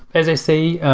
as i say,